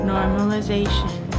Normalization